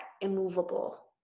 immovable